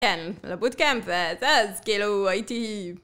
כן, לבוטקאמפ וזה, אז כאילו הייתי..